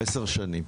עשר שנים.